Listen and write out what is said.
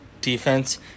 defense